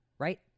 right